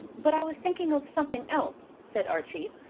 but i was thinking of something else, said archie,